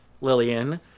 Lillian